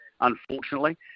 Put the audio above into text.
unfortunately